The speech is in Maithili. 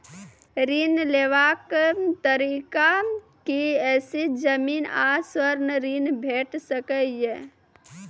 ऋण लेवाक तरीका की ऐछि? जमीन आ स्वर्ण ऋण भेट सकै ये?